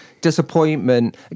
disappointment